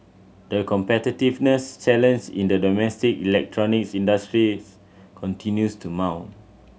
the competitiveness challenge in the domestic electronics industry continues to mount